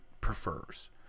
prefers